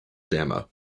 demo